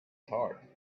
thought